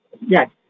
Yes